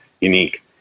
unique